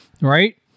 right